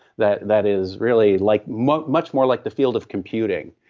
that that is really like much much more like the field of computing,